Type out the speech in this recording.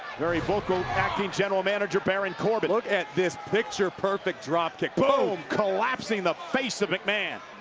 very vocal, backing general manager baron corbin. look at this picture perfect drop kick. boom, collapsing the face of mcmahon.